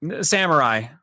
samurai